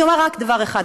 אני אומר רק דבר אחד.